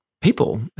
people